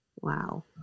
Wow